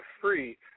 free